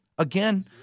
Again